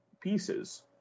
pieces